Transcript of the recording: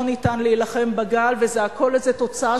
ניתן להילחם בגל והכול זה איזו תוצאה,